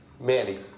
Mandy